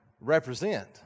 represent